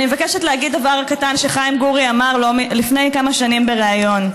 אני מבקשת להגיד דבר קטן שחיים גורי אמר לפני כמה שנים בריאיון: